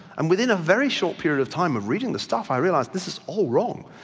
and within a very short period of time of reading the stuff i realise this is all wrong.